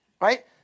right